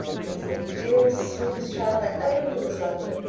is the dearest, sweetest child i ever knew, miss lavendar.